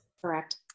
Correct